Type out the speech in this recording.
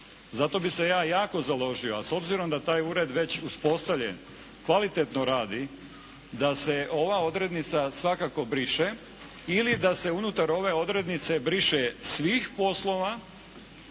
Zato bi se ja jako založio, a s obzirom da je taj ured već uspostavljen, kvalitetno radi, da se ova odrednica svakako briše ili da se unutar ove odrednice briše svih poslova